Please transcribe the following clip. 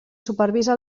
supervisa